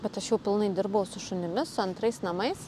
bet aš jau pilnai dirbau su šunimis su antrais namais